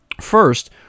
First